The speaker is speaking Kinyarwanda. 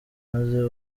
maze